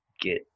get